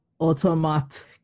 Automat